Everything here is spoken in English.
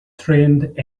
trained